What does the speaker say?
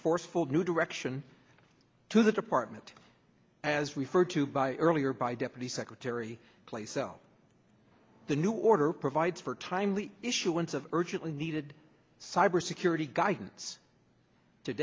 forceful new direction to the department as referred to by earlier by deputy secretary clay so the new order provides for timely issuance of urgently needed cybersecurity guidance to